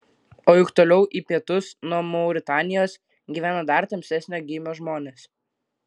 o juk toliau į pietus nuo mauritanijos gyvena dar tamsesnio gymio žmonės